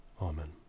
Amen